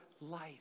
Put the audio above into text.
life